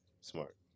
Smart